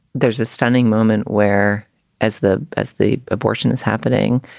there's a stunning moment where as the as the abortion is happening,